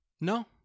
no